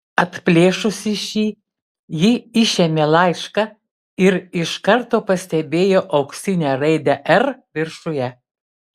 atplėšusi šį ji išėmė laišką ir iš karto pastebėjo auksinę raidę r viršuje